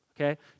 okay